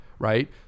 Right